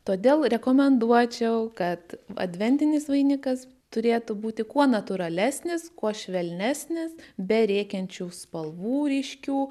todėl rekomenduočiau kad adventinis vainikas turėtų būti kuo natūralesnis kuo švelnesnis be rėkiančių spalvų ryškių